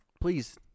please